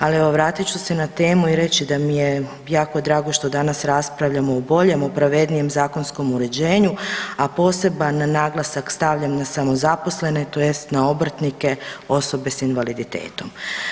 Ali evo vratit ću se na temu i reći da mi je jako drago što danas raspravljamo o boljem, o pravednijem zakonskom uređenju, a poseban naglasak stavljam na samozaposlene tj. na obrtnike osobe s invaliditetom.